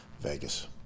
Vegas